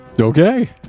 okay